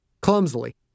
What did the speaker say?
clumsily